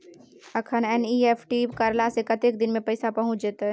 अखन एन.ई.एफ.टी करला से कतेक दिन में पैसा पहुँच जेतै?